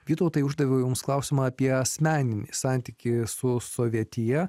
vytautai uždaviau jums klausimą apie asmeninį santykį su sovietija